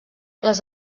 les